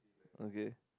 okay